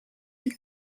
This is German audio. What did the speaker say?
die